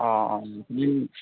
অঁ অঁ